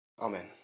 Amen